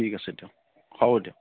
ঠিক আছে দিয়ক হ'ব দিয়ক ঠিক আছে